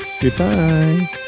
Goodbye